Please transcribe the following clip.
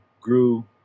grew